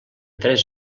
tres